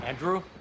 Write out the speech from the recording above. Andrew